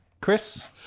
Chris